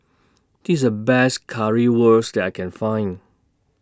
This IS The Best Currywurst that I Can Find